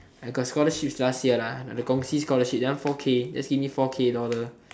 I got scholarship last year lah the Kong Si scholarship that one four k just give me four k dollar